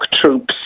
Troops